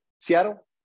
Seattle